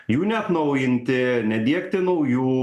jų neatnaujinti nediegti naujų